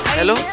Hello